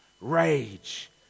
Rage